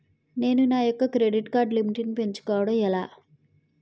నేను నా యెక్క క్రెడిట్ కార్డ్ లిమిట్ నీ పెంచుకోవడం ఎలా?